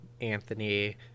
Anthony